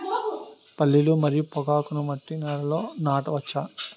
పల్లీలు మరియు పొగాకును మట్టి నేలల్లో నాట వచ్చా?